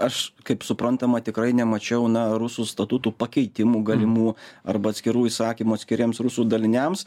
aš kaip suprantama tikrai nemačiau na rusų statutų pakeitimų galimų arba atskirų įsakymų atskiriems rusų daliniams